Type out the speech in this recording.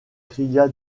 cria